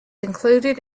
included